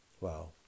Wow